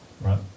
right